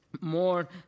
more